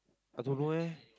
I don't know eh